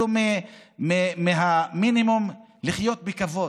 אפילו פחות מהמינימום כדי לחיות בכבוד.